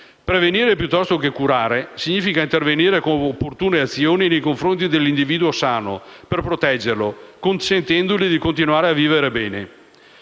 Prevenire piuttosto che curare significa intervenire con opportune azioni nei confronti dell'individuo sano per proteggerlo, consentendogli di continuare a vivere bene.